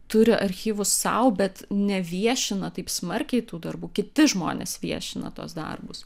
turi archyvus sau bet neviešina taip smarkiai tų darbų kiti žmonės viešina tuos darbus